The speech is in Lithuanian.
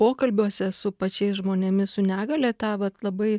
pokalbiuose su pačiais žmonėmis su negalia tą vat labai